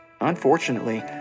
Unfortunately